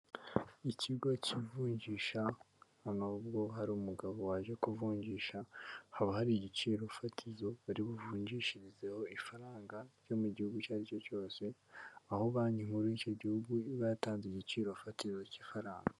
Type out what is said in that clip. Ikigo cy'ivunjisha nubwo hari umugabo waje kuvunjisha, haba hari igiciro fatizo bari buvunjishirizeho ifaranga ryo mu gihugu icyo ari cyo cyose, aho banki nkuru y'icyo gihugu iba yatanze igiciro fatizo cy'ifaranga.